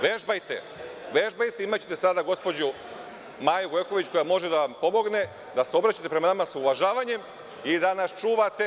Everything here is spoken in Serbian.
Vežbajte, imaćete sada gospođu Maju Gojković koja može da vam pomogne da se obraćate nama sa uvažavanjem i da nas čuvate.